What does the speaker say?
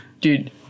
Dude